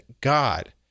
God